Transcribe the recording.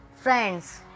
friends